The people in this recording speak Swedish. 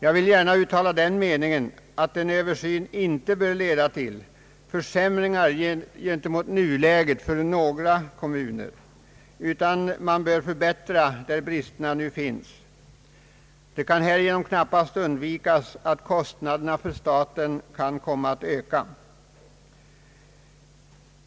Jag vill gärna uttala den meningen att en Översyn inte bör leda till försämringar jämfört med nuläget för någon kommun, utan man bör förbättra där bristerna nu finns. Det kan härvid knappast undvikas att kostnaderna för staten kan komma att öka.